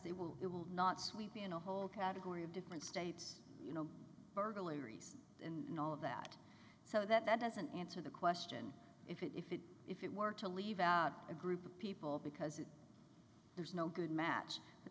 they will it will not sweep in a whole category of different states you know burglaries and all of that so that that doesn't answer the question if it were to leave out a group of people because there's no good match